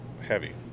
heavy